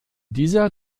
dieser